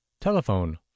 Telephone